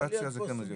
רוטציה זה כן ג'קים.